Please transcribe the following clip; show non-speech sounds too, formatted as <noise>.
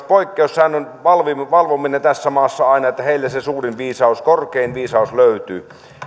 <unintelligible> poikkeussäännön valvominen valvominen tässä maassa aina sellainen että heiltä se suurin viisaus korkein viisaus löytyy